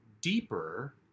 deeper